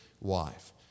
wife